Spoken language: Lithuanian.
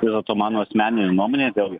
vis dėlto mano asmeninė nuomonė vėlgi